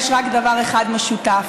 יש רק דבר אחד משותף,